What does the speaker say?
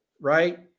right